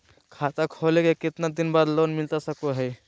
खाता खोले के कितना दिन बाद लोन मिलता सको है?